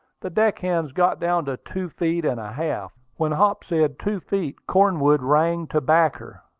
the deck-hands got down to two feet and a half. when hop said two feet, cornwood rang to back her.